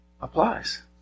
applies